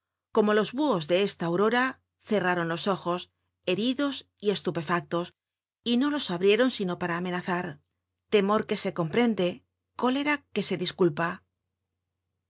como los buhos de esta aurora cerraron los ojos heridos y estupefactos y no los abrieron sino para amenazar temor que se comprende cólera que se disculpa